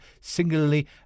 singularly